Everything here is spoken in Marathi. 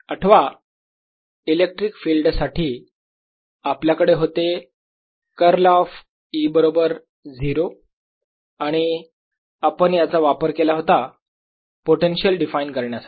आठवा इलेक्ट्रिक फील्ड साठी आपल्याकडे होते कर्ल ऑफ E बरोबर 0 आणि आपण याचा वापर केला होता पोटेन्शिअल डिफाइन करण्यासाठी